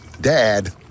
Dad